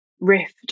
Rift